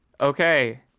Okay